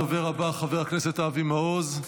הדובר הבא, חבר הכסת אבי מעוז,